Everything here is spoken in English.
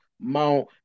Mount